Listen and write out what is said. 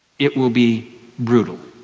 it will be brutal.